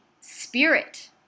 spirit